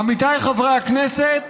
עמיתיי חברי הכנסת,